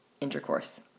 intercourse